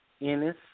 Ennis